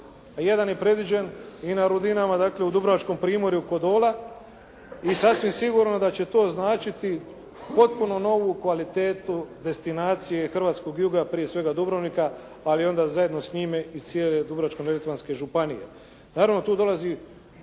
jedan je predviđen i na Rudinama, dakle u dubrovačkom primorju kod Dola i sasvim sigurno da će to značiti potpuno novu kvalitetu destinacije hrvatskog juga prije svega Dubrovnika, ali onda zajedno s njime i cijele Dubrovačko-neretvanske županije. Naravno tu dolazi